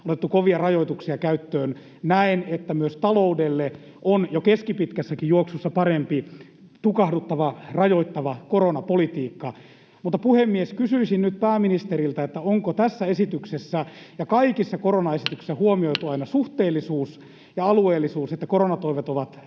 otettu kovia rajoituksia käyttöön. Näen, että myös taloudelle on jo keskipitkässäkin juoksussa parempi tukahduttava, rajoittava koronapolitiikka. Mutta, puhemies, kysyisin nyt pääministeriltä: onko tässä esityksessä ja kaikissa koronaesityksissä huomioitu aina suhteellisuus ja alueellisuus, niin että koronatoimet ovat